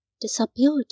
disappeared